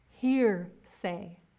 Hearsay